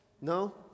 No